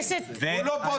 הוא לא פה, תפסיק להסית נגדו.